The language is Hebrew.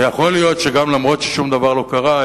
ויכול להיות שאף-על-פי ששום דבר לא קרה,